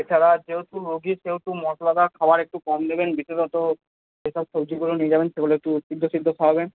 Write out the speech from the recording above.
এছাড়া যেহেতু রুগীর যেহেতু মশলা দেওয়া খাবার একটু কম দেবেন বিশেষত যে সব সবজিগুলো নিয়ে যাবেন সেগুলো একটু সিদ্ধ সিদ্ধ খাওয়াবেন